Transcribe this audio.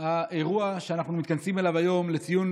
האירוע שאנחנו מתכנסים אליו היום לציון